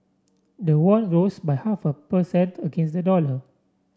the won rose by half a per cent against the dollar